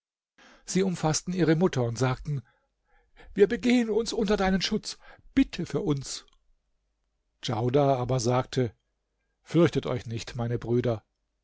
sie umfaßten ihre mutter und sagten wir begehen uns unter deinen schutz bitte für uns djaudar aber sagte fürchtet euch nicht meine brüder